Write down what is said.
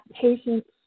patients